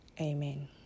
Amen